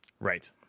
Right